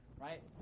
right